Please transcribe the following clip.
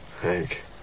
Hank